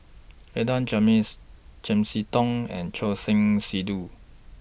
Adan Jimenez Chiam See Tong and Choor Singh Sidhu